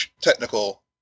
technical